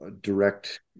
direct